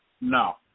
No